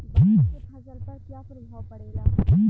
बाढ़ से फसल पर क्या प्रभाव पड़ेला?